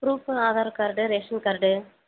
proof Aadhaar card ration card